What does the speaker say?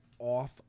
off